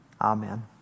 amen